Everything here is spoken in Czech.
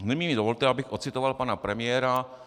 Nyní mi dovolte, abych odcitoval pana premiéra.